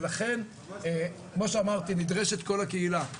לכן כמו שאמרתי, נדרשת כל הקהילה להתגייס.